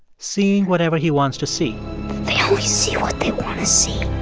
seeing whatever he wants to see they only see what they want to see.